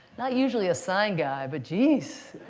not usually a sign guy, but geez.